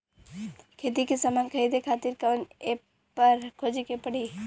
खेती के समान खरीदे खातिर कवना ऐपपर खोजे के पड़ी?